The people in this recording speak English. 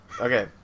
Okay